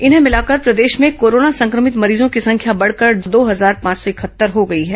इन्हें मिलाकर प्रदेश में कोरोना संक्रमित मरीजों की संख्या बढ़कर दो हजार पांच सौ इकहत्तर हो गई है